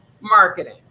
marketing